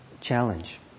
challenge